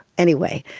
anyway,